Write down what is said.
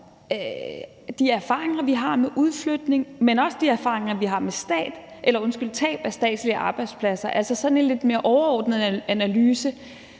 de erfaringer, vi har med udflytning, men også af de erfaringer, vi har med tab af statslige arbejdspladser. Altså sådan en lidt mere overordnet analyse